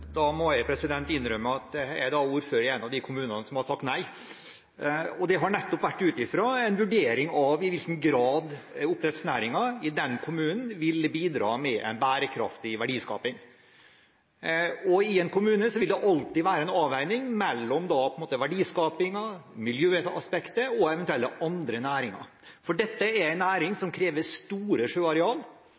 i en av de kommunene som har sagt nei, og det har nettopp vært ut fra en vurdering av i hvilken grad oppdrettsnæringen i den kommunen ville bidra med en bærekraftig verdiskaping. I en kommune vil det alltid være en avveining mellom verdiskapingen, miljøaspektet og eventuelle andre næringer. Dette er en næring som krever store sjøareal,